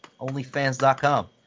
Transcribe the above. Onlyfans.com